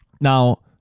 now